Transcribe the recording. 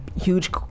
huge